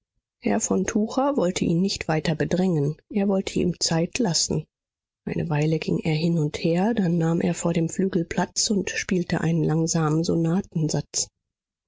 herr von tucher wollte ihn nicht weiter bedrängen er wollte ihm zeit lassen eine weile ging er hin und her dann nahm er vor dem flügel platz und spielte einen langsamen sonatensatz